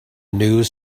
news